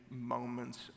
moments